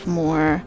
more